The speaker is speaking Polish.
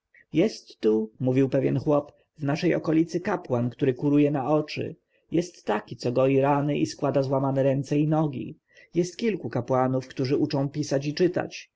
tu mówił pewny chłop w naszej okolicy kapłan który kuruje na oczy jest taki co goi rany i składa złamane ręce i nogi jest kilku kapłanów którzy uczą pisać i czytać